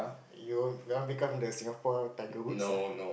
you want become the Singapore Tiger-Woods ah